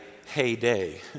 heyday